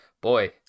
boy